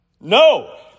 No